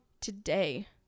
today